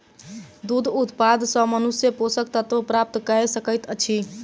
दूध उत्पाद सॅ मनुष्य पोषक तत्व प्राप्त कय सकैत अछि